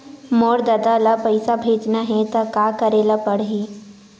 मोर ददा ल पईसा भेजना हे त का करे ल पड़हि?